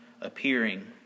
appearing